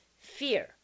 fear